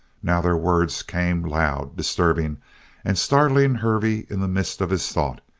now their words came loud, disturbing and startling hervey in the midst of his thoughts,